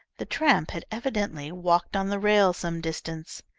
the tramp had evidently walked on the rail some distance.